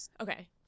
Okay